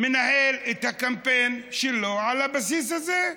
מנהל את הקמפיין שלו על הבסיס הזה.